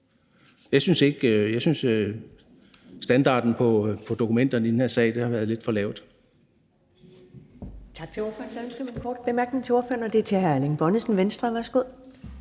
Jeg synes, standarden på dokumenterne i den her sag har været lidt for lav.